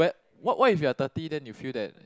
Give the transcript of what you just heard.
what what if you're thirty then you feel that